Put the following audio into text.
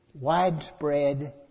widespread